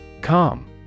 Calm